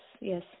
Yes